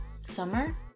summer